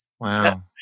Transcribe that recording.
Wow